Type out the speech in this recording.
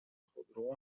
خودرو